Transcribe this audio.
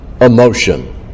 emotion